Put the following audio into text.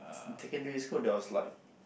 in secondary school there was like